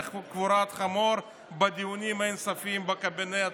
קבורת חמור בדיונים אין-סופיים בקבינט.